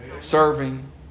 serving